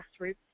grassroots